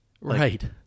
Right